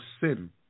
sin